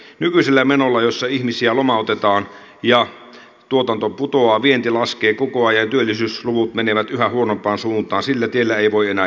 kun nykyisellä menolla ihmisiä lomautetaan ja tuotanto putoaa vienti laskee koko ajan työllisyysluvut menevät yhä huonompaan suuntaan niin sillä tiellä ei voi enää jatkaa